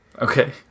Okay